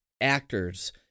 actors